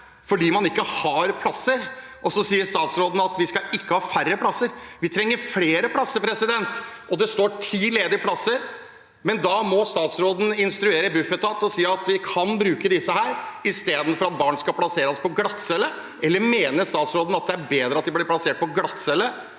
fordi man ikke har plasser? Statsråden sier at vi ikke skal ha færre plasser. Vi trenger flere plasser. Det står ti ledige plasser, men da må statsråden instruere Bufetat og si at vi kan bruke disse istedenfor at barn skal plasseres på glattcelle. Mener statsråden det er bedre at de blir plassert på glattcelle